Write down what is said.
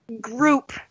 group